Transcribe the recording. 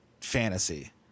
fantasy